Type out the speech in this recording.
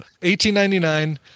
1899